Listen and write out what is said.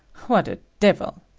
what a devil!